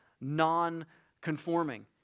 non-conforming